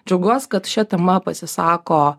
džiaugiuos kad šia tema pasisako